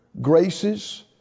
graces